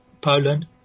Poland